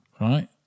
right